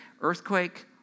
Earthquake